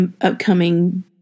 upcoming